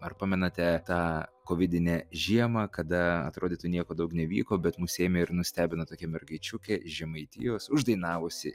ar pamenate tą kovidinę žiemą kada atrodytų nieko daug nevyko bet mus ėmė ir nustebino tokia mergaičiukė iš žemaitijos uždainavusi